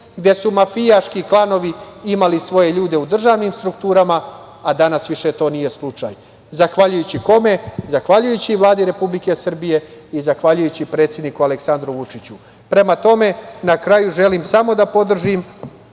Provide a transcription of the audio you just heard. gde su mafijaški klanovi imali svoje ljude u državnim strukturama, a danas više to nije slučaj. Zahvaljujući kome? Zahvaljujući Vladi Republike Srbije i zahvaljujući predsedniku Aleksandru Vučiću. Prema tome, na kraju želim samo da podržim